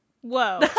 Whoa